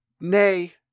Nay